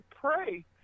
pray